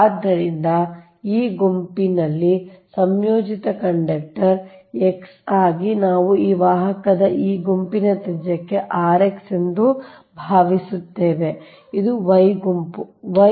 ಆದ್ದರಿಂದ ಈ ಗುಂಪಿಗೆ ಸಂಯೋಜಿತ ಕಂಡಕ್ಟರ್ X ಆಗಿ ನಾವು ಈ ವಾಹಕದ ಈ ಗುಂಪಿನ ತ್ರಿಜ್ಯಕ್ಕೆ rx ಎಂದು ಭಾವಿಸುತ್ತೇವೆ ಇದು Y ಗುಂಪು Y